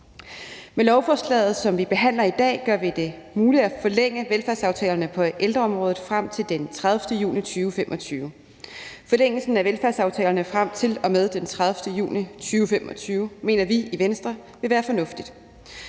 Med lovforslaget, som vi behandler i dag, gør vi det muligt at forlænge velfærdsaftalerne på ældreområdet frem til den 30. juni 2025. Forlængelsen af velfærdsaftalerne frem til og med den 30. juni 2025 mener vi i Venstre vil være fornuftig.